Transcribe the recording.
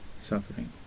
suffering